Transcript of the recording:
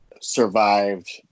survived